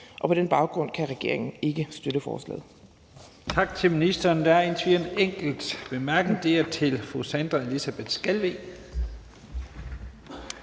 På den baggrund kan regeringen ikke støtte forslaget.